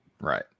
right